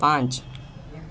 પાંચ